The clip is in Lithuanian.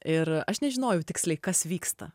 ir aš nežinojau tiksliai kas vyksta